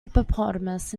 hippopotamus